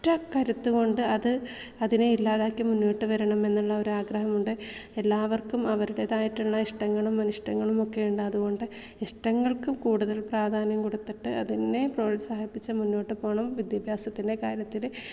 ഒറ്റ കരുത്തുകൊണ്ട് അത് അതിനെ ഇല്ലാതാക്കി മുന്നോട്ട് വരണമെന്നുള്ള ഒരാഗ്രഹമുണ്ട് എല്ലാവർക്കും അവരുടേതായിട്ടുള്ള ഇഷ്ടങ്ങളും അനിഷ്ടങ്ങളും ഒക്കെയുണ്ട് അതുകൊണ്ട് ഇഷ്ടങ്ങൾക്ക് കൂട്തൽ പ്രാധാന്യം കൊടുത്തിട്ട് അതിനെ പ്രോത്സാഹിപ്പിച്ചു മുൻപോട്ട് പോകണം വിദ്യാഭ്യാസത്തിൻ്റെ കാര്യത്തിൽ